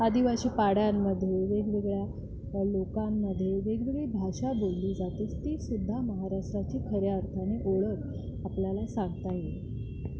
आदिवासी पाड्यांमध्ये वेगवेगळ्या लोकांमध्ये वेगवेगळी भाषा बोलली जातेच तीसुद्धा महाराष्ट्राची खऱ्या अर्थाने ओळख आपल्याला सांगता येते